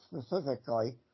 specifically